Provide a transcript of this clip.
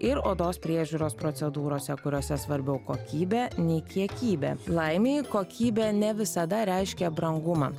ir odos priežiūros procedūrose kuriose svarbiau kokybė nei kiekybė laimei kokybė ne visada reiškia brangumą